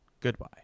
goodbye